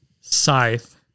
Scythe